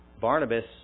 Barnabas